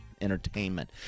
entertainment